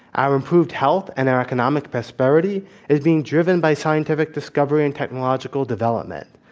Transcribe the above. our improved health and our economic prosperity is being driven by scientific discovery and technological development.